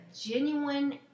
genuine